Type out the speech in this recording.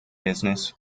business